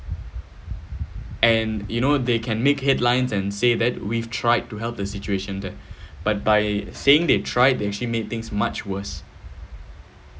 and you know they can make headlines and say that we tried to help the situation there but by saying they tried they actually made things much worse